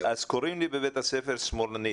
אז קורים לי בבית הספר שמאלנית.